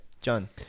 John